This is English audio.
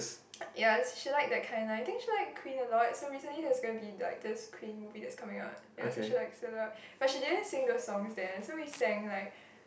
ya she like that kind I think she like queen a lot so recently there's gonna be like this queen movie that's coming out yeah so like it a lot but she didn't sing those song there so we sang like